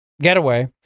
getaway